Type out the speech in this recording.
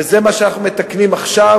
וזה מה שאנחנו מתקנים עכשיו,